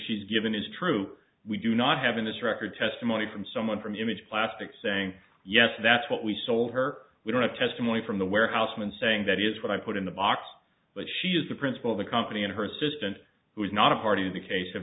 she's given is true we do not have in this record testimony from someone from image plastic saying yes that's what we sold her we want a testimony from the warehouseman saying that is what i put in the box but she is the principal of the company and her assistant who was not a part of the case of